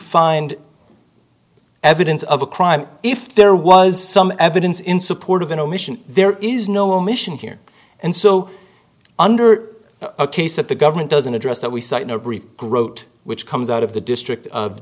find evidence of a crime if there was some evidence in support of an omission there is no omission here and so under a case that the government doesn't address that we cite no brief groat which comes out of the district of